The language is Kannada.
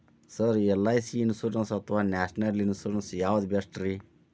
ಸರ್ ಎಲ್.ಐ.ಸಿ ಇನ್ಶೂರೆನ್ಸ್ ಅಥವಾ ನ್ಯಾಷನಲ್ ಇನ್ಶೂರೆನ್ಸ್ ಯಾವುದು ಬೆಸ್ಟ್ರಿ?